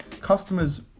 customers